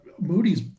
Moody's